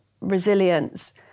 resilience